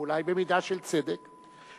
אולי במידה של צדק,